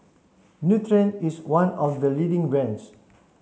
Nutren is one of the leading brands